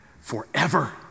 forever